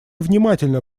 внимательно